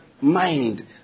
mind